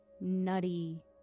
nutty